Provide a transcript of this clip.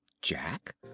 Jack